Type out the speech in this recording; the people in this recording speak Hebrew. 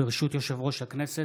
ברשות יושב-ראש הכנסת,